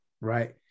right